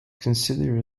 considered